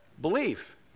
belief